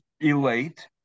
elate